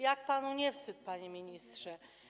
Jak panu nie wstyd, panie ministrze?